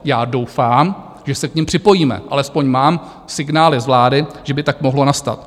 Já doufám, že se k nim připojíme, alespoň mám signály z vlády, že by tak mohlo nastat.